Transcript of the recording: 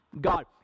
God